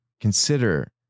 Consider